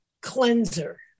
cleanser